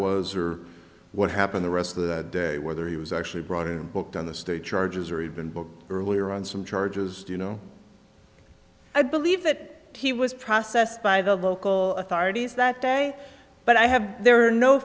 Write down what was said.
was or what happened the rest of that day whether he was actually brought in and booked on the state charges or even book earlier on some charges you know i believe that he was processed by the local authorities that day but i have there are no